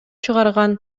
чыгарган